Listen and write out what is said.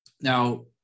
Now